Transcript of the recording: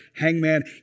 Hangman